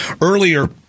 Earlier